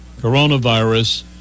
coronavirus